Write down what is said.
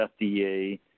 FDA